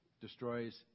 destroys